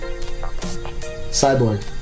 Cyborg